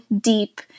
deep